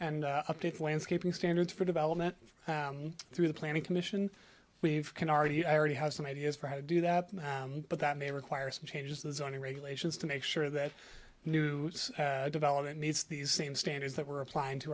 and update landscaping standards for development through the planning commission we've can already i already have some ideas for how to do that but that may require some changes to the zoning regulations to make sure that new development needs these same standards that we're applying to